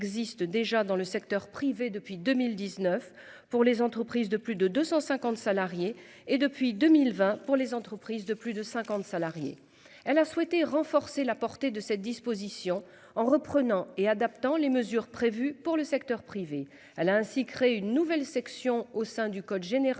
index existe déjà dans le secteur privé depuis 2019 pour les entreprises de plus de 250 salariés et depuis 2020 pour les entreprises de plus de 50 salariés. Elle a souhaité renforcer la portée de cette disposition en reprenant et adaptant les mesures prévues pour le secteur privé. Elle a ainsi crée une nouvelle section au sein du code général